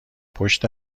پشت